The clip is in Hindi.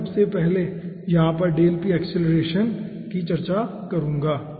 मैं सबसे पहले यहाँ पर की चर्चा करूँगा